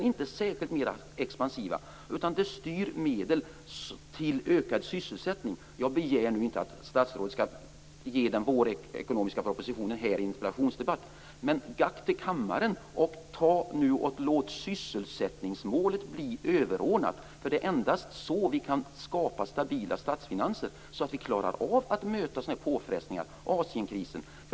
Vi vill styra medel till ökad sysselsättning. Jag begär inte att statsrådet skall redogöra för vårpropositionen här i en interpellationsdebatt. Men gack till kammaren och låt sysselsättningsmålet bli det överordnade! Det är endast så vi kan skapa stabila statsfinanser, så att vi klarar av att möta sådana påfrestningar som Asienkrisen.